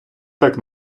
так